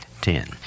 ten